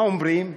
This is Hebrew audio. מה אומרים?